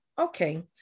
Okay